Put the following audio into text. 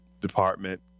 department